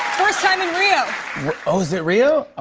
first time in rio. oh, is it rio?